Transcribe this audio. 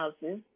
houses